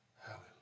Hallelujah